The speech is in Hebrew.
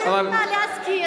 אני רוצה להזכיר,